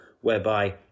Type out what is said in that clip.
whereby